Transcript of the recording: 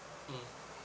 mm